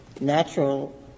natural